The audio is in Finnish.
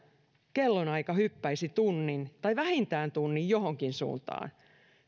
kellonaika hyppäisi tunnin tai vähintään tunnin johonkin suuntaan